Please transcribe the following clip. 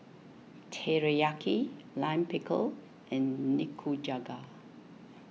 Teriyaki Lime Pickle and Nikujaga